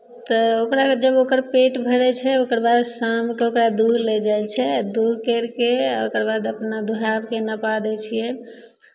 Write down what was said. तऽ ओकरा जब ओकर पेट भरै छै ओकर बाद शामकेँ ओकरा दुहि लेल जाइ छै आ दुहि करि कऽ आ ओकर बाद अपना दुहा कऽ नपा दै छियै